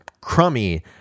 crummy